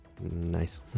nice